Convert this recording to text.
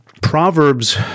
Proverbs